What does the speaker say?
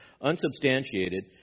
unsubstantiated